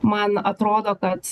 man atrodo kad